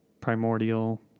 primordial